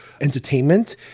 entertainment